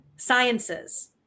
Sciences